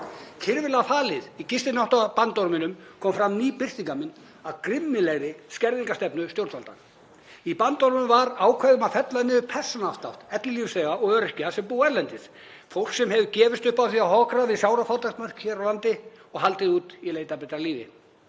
Kirfilega falin í gistináttabandorminum kom fram ný birtingarmynd af grimmilegri skerðingarstefnu stjórnvalda. Í bandorminum var ákvæði um að fella niður persónuafslátt ellilífeyrisþega og öryrkja sem búa erlendis, fólks sem hefur gefist upp á því að hokra við sárafátæktarmörk hér á landi og haldið út í leit að betra lífi.